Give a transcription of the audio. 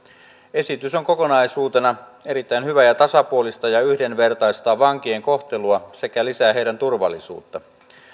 esitys on kokonaisuutena erittäin hyvä ja tasapuolistaa ja yhdenvertaistaa vankien kohtelua sekä lisää heidän turvallisuuttaan